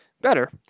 Better